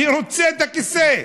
אני רוצה את הכיסא.